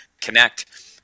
connect